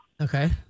Okay